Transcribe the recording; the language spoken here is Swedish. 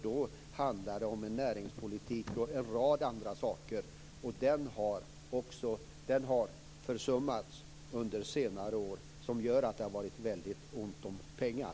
Då handlar det om näringspolitik och en rad andra saker. Den har försummats under senare år, och det gör att det är väldigt ont om pengar.